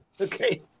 okay